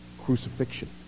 crucifixion